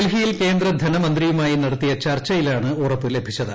ഡ്രിൽഹിയിൽ കേന്ദ്രധനമന്ത്രിയുമായി നടത്തിയ ചർച്ചയിലാണ് ഉറപ്പ് ലഭിച്ചത്